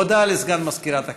הודעה לסגן מזכירת הכנסת.